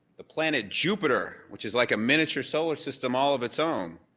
the planet jupiter which is like a miniature solar system all of its own.